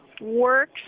works